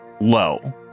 low